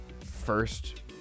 first